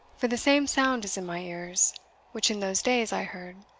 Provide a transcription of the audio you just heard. for the same sound is in my ears which in those days i heard.